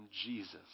Jesus